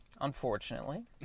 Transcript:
Unfortunately